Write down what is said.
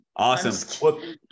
Awesome